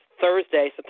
Thursday